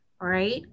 right